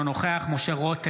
אינו נוכח משה רוט,